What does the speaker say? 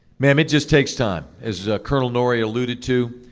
ma'am, it just takes time. as colonel norrie alluded to,